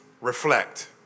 reflect